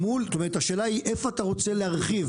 השאלה היא איפה אתה רוצה להרחיב